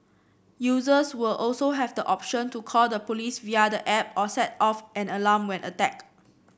users will also have the option to call the police via the app or set off an alarm when attacked